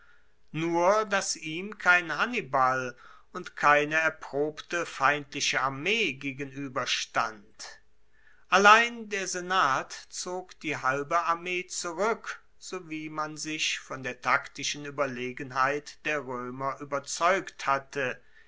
nur dass ihm kein hannibal und keine erprobte feindliche armee gegenueberstand allein der senat zog die halbe armee zurueck sowie man sich von der taktischen ueberlegenheit der roemer ueberzeugt hatte